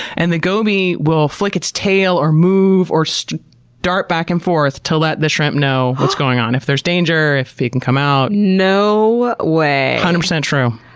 and the goby will flick its tail, or move, or so start back and forth to let the shrimp know what's going on if there's danger, if he can come out. no! way! one hundred percent true.